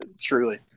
Truly